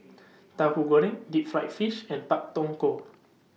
Tahu Goreng Deep Fried Fish and Pak Thong Ko